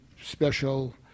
special